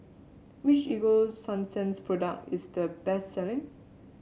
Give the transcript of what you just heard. which Ego Sunsense product is the best selling